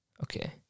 Okay